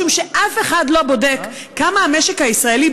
משום שאף אחד לא בודק כמה המשק הישראלי,